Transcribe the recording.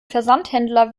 versandhändler